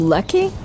Lucky